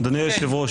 אדוני היושב-ראש,